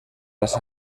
las